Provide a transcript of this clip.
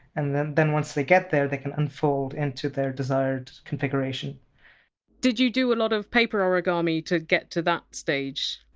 and then then once they get there they can unfold into their desired configuration did you do lot of paper origami to get to that stage?